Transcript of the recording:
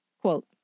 Quote